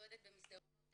צועדת במסדרונות